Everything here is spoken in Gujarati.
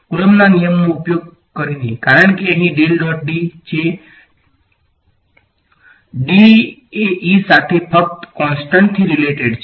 કુલોમ્બના નિયમનો ઉપયોગ કરીને કારણ કે અહીં છે અને D એ E સાથે ફક્ત કોન્સટન્ટ થી રીલેટેડ છે